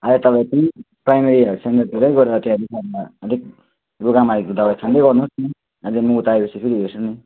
अहिले तपाईँ पनि प्राइमेरी हेल्थ सेन्टरतिरै गएर त्यहाँको अलिक रुगा मार्गीको दबाई खाँदै गर्नुहोस् अनि म उता आएपछि फेरि हेर्छु नि